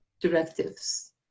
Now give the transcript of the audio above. directives